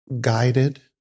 guided